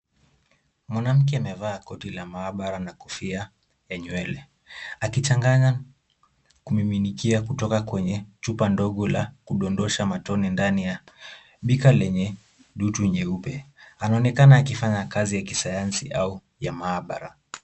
Mwanamke amevaa koti la mahabara na kofia ya nywele. Akichanganya, kumiminikia kutoka kwenye chupa ndogo la kudondosha matone ndani ya bika lenye dutu nyeupe. Anaonekana akifanya kazi ya kisayansi au ya maabara.